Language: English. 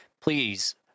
please